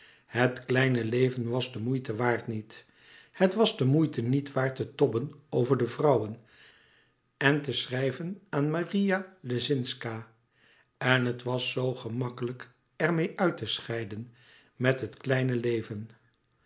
het kleine leven was de moeite waard niet het was de moeite niet waard te tobben over de vrouwen en te schrijven aan maria lescinzca en het was zoo gemakkelijk er meê uit te scheiden met het kleine leven